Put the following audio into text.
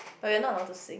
but you are not allow to sing